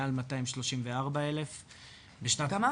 מעל 234,000; בשנת 2020